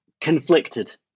Conflicted